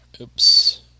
Oops